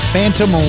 Phantom